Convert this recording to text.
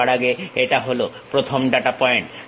সবার আগে এটা হলো প্রথম ডাটা পয়েন্ট